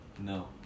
No